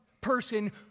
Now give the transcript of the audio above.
person